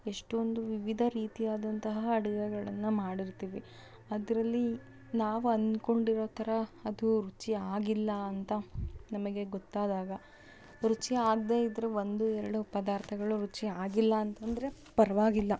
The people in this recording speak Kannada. ಎಷ್ಟೊಂದು ವಿವಿಧ ರೀತಿಯಾದಂತಹ ಅಡುಗೆಗಳನ್ನ ಮಾಡಿರ್ತೀವಿ ಅದರಲ್ಲಿ ನಾವು ಅಂದುಕೊಂಡಿರೋ ಥರ ಅದು ರುಚಿಯಾಗಿಲ್ಲ ಅಂತ ನಮಗೆ ಗೊತ್ತಾದಾಗ ರುಚಿ ಆಗದೆ ಇದ್ದರೆ ಒಂದು ಎರಡೋ ಪದಾರ್ಥಗಳು ರುಚಿಯಾಗಿಲ್ಲ ಅಂತಂದರೆ ಪರವಾಗಿಲ್ಲ